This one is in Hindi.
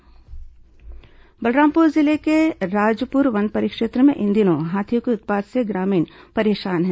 गज आतंक बलरामपुर जिले के राजपुर वन परिक्षेत्र में इन दिनों हाथियों के उत्पात से ग्रामीण परेशान हैं